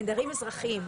לא, מדובר בנעדרים אזרחיים.